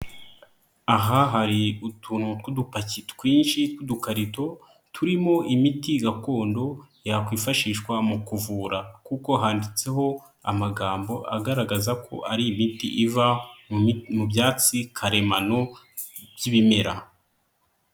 Aha hari utununtu tw'udupaki twinshi tw'udukarito turimo imiti gakondo yakwifashishwa mu kuvura, kuko handitseho amagambo agaragaza ko ari imiti iva mu byatsi karemano by'ibimera.